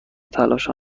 تلاشم